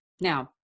Now